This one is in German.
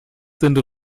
sind